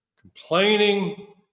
complaining